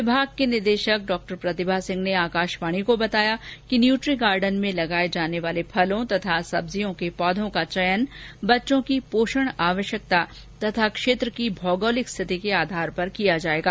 विमाग की निदेशक डॉ प्रतिभा सिंह ने आकाशवाणी को बताया कि न्यूट्री गार्डन में लगाये जाने वाले फलों तथा सब्जियों के पौधों का चयन बच्चों की पोषण आवश्यकता तथा क्षेत्र की भौगोलिक स्थिति के आधार पर किया जायेगा